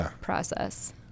process